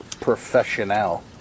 professional